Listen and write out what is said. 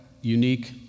unique